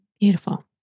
Beautiful